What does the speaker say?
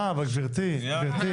סליחה, אבל גברתי, גברתי.